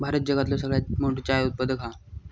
भारत जगातलो सगळ्यात मोठो चाय उत्पादक हा